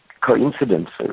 coincidences